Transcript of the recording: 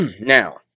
Now